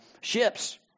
Ships